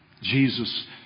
Jesus